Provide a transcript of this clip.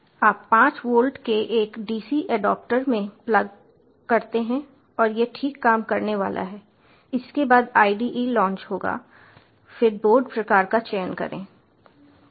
आप 5 वोल्ट के एक DC एडॉप्टर में प्लग करते हैं और यह ठीक काम करने वाला है इसके बाद IDE लॉन्च होगा फिर बोर्ड प्रकार का चयन करें